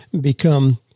become